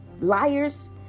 liars